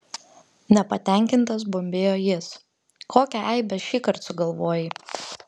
nepatenkintas bambėjo jis kokią eibę šįkart sugalvojai